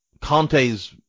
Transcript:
Conte's